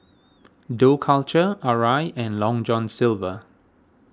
Dough Culture Arai and Long John Silver